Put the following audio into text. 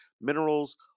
minerals